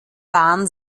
waren